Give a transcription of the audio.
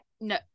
no